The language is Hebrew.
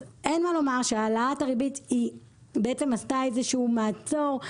אז אין מה לומר שהעלאת הריבית היא בעצם עשתה איזה שהוא מעצור.